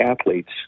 athletes